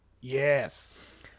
Yes